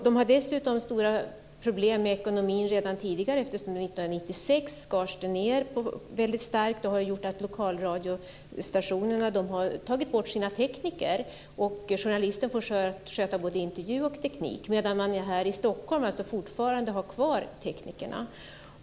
De har dessutom stora problem med ekonomin redan tidigare eftersom man skar ned verksamheten väldigt starkt 1996, vilket har gjort att lokalradiostationerna har tagit bort sina tekniker. Journalisterna får sköta både intervju och teknik, medan man här i Stockholm fortfarande har kvar teknikerna.